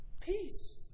Peace